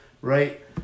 right